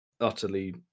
utterly